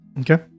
Okay